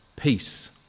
peace